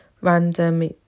random